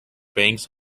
banks